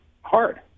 hard